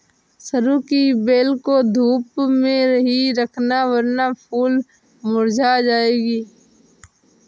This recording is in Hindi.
सरू की बेल को धूप में ही रखना वरना फूल मुरझा जाएगी